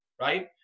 right